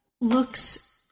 looks